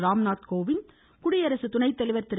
ராம்நாத் கோவிந்த் குடியரசு துணை தலைவர் திரு